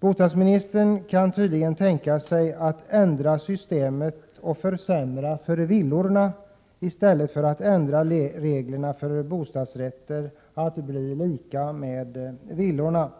Bostadsministern kan tydligen tänka sig att ändra systemet och försämra för villorna, i stället för att ändra reglerna för bostadsrätter så att de blir desamma som för villorna.